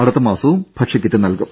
അടുത്ത മാസവും ഭക്ഷ്യക്കിറ്റ് നൽകും